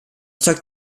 zeugt